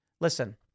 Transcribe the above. Listen